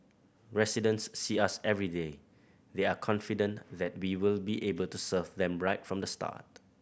residents see us everyday they are confident that be will be able to serve them right from the start